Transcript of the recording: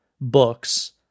books